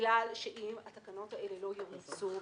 ובגלל שאם התקנות האלה לא ימוצו,